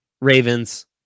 Ravens